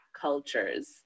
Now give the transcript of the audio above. cultures